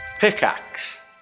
pickaxe